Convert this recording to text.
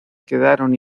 quedaron